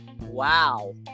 Wow